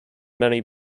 many